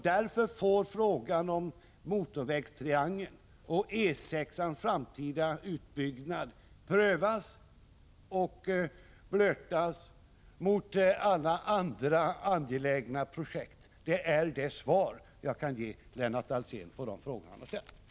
Därför får frågan om motorvägstriangeln och en framtida utbyggnad av E 66 prövas mot alla andra angelägna projekt. Detta är det svar jag kan ge Lennart Alsén på de frågor som han har ställt.